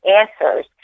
answers